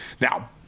Now